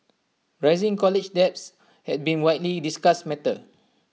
rising college debts has been widely discussed matter